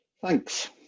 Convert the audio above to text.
Thanks